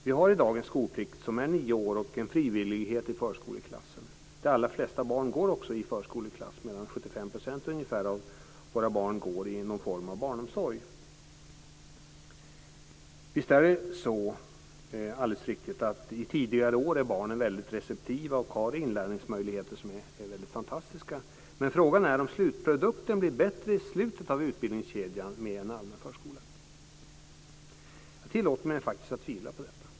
Vi har i dag en skolplikt som är nio år och en frivillighet i förskoleklassen. De allra flesta barn går också i förskoleklass - ungefär 75 % av våra barn går i någon form av barnomsorg. Visst är det så att barnen i tidigare år är väldigt receptiva och har inlärningsmöjligheter som är fantastiska. Men frågan är om slutprodukten - produkten i slutet av utbildningskedjan - blir bättre med en allmän förskola. Jag tillåter mig faktiskt att tvivla på det.